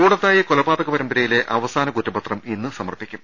കൂടത്തായി കൊലപാതക പരമ്പരയിലെ അവസാന കുറ്റപത്രം ഇന്ന് സമർപ്പിക്കും